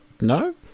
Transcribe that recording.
No